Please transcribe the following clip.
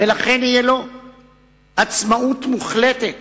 ולכן תהיה לו עצמאות מוחלטת